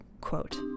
quote